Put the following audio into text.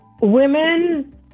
women